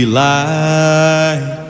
light